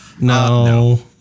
No